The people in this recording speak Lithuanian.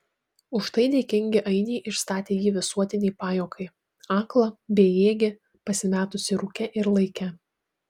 už tai dėkingi ainiai išstatė jį visuotinei pajuokai aklą bejėgį pasimetusį rūke ir laike